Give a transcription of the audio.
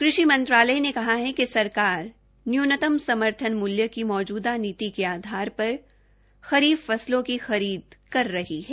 कृषि मंत्रालय ने कहा कि सरकार न्यूनतम समर्थन मूल्य की मौजूदा नीति के आधार पर खरीफ फसलों की खरीद कर रही है